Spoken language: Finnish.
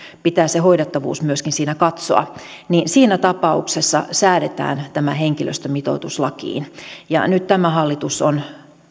pitää myöskin se hoidettavuus siinä katsoa niin siinä tapauksessa säädetään tämä henkilöstömitoitus lakiin nyt tämä hallitus on